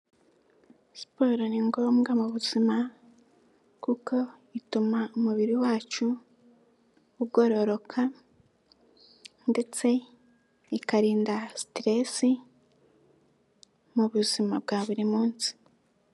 Siporo ni ngombwa mu buzima kuko ituma umubiri wacu ugororoka ndetse ikarinda siteresi mu buzima bwa buri munsi.